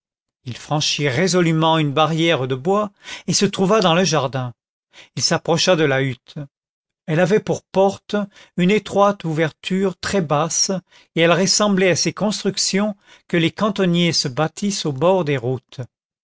il franchit résolument une barrière de bois et se trouva dans le jardin il s'approcha de la hutte elle avait pour porte une étroite ouverture très basse et elle ressemblait à ces constructions que les cantonniers se bâtissent au bord des routes